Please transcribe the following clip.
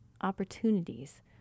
opportunities